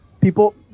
People